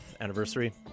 anniversary